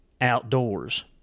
outdoors